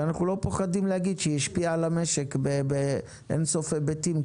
ואנחנו לא פוחדים להגיד שהיא השפיעה על המשק באין סוף היבטים,